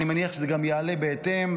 אני מניח שזה גם יעלה בהתאם.